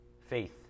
faith